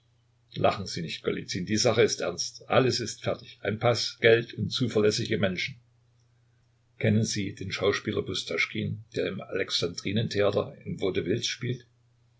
lachen sie nicht golizyn die sache ist ernst alles ist fertig ein paß geld und zuverlässige menschen kennen sie den schauspieler pustoschkin der im alexandrinen theater in vaudevilles spielt